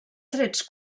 trets